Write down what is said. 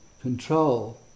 control